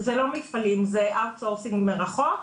זה לא מפעלים, זה אאוט סורסינג מרחוק.